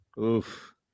Oof